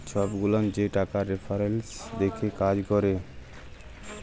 ছব গুলান যে টাকার রেফারেলস দ্যাখে কাজ ক্যরে